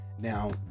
Now